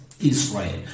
Israel